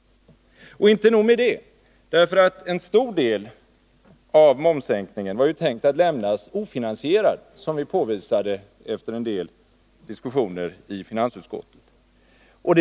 Och inte nog med det. En stor del av momssänkningen var ju tänkt att lämnas ofinansierad. Det påvisade vi efter en del diskussioner i finansutskottet.